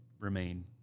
remain